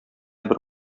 бер